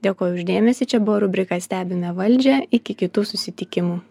dėkoju už dėmesį čia buvo rubrika stebime valdžią iki kitų susitikimų